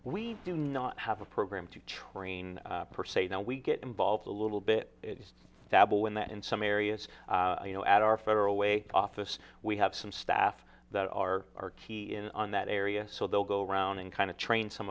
we do not have a program to train per se how we get involved a little bit dabble in that in some areas you know at our federal way office we have some staff that are in that area so they'll go around and kind of train some